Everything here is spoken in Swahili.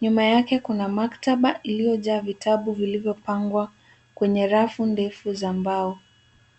Nyuma yake kuna maktaba iliyojaa vitabu vilivyopangwa kwenye rafu ndefu za mbao.